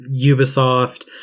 Ubisoft